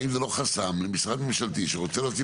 האם זה לא חסם למשרד ממשלתי שרוצה להוציא